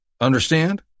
Understand